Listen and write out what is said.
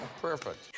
Perfect